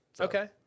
Okay